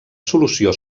solució